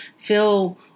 feel